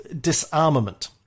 disarmament